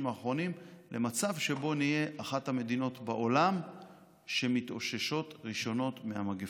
האחרונים למצב שבו נהיה אחת המדינות בעולם שמתאוששות ראשונות מהמגפה.